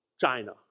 China